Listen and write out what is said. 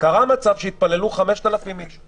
קרה מצב שהתפללו 5,000 איש.